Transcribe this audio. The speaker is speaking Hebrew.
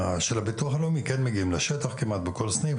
הביטוח הלאומי מגיעים לשטח כמעט בכל סניף.